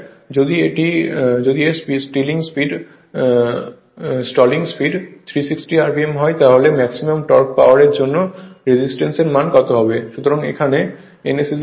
যদি এর stalling speed 630 rpm হয় তাহলে ম্যাক্সিমাম টর্ক পাওয়ার জন্য রেজিস্ট্যান্স এর মান কত হবে